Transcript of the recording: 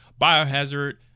Biohazard